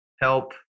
help